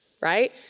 right